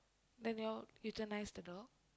then you you all utilised the dog